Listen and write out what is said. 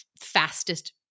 fastest